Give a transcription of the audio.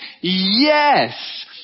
yes